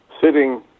sitting